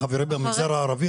חברים במגזר הערבי,